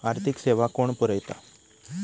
आर्थिक सेवा कोण पुरयता?